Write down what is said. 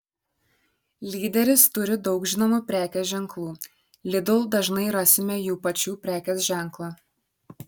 lyderis turi daug žinomų prekės ženklų lidl dažnai rasime jų pačių prekės ženklą